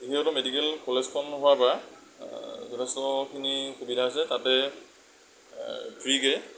এনেওতো medical কলেজখন হোৱাৰ পৰা যথেষ্টখিনি সুবিধা হৈছে তাতে ফ্ৰীকৈ